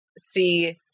see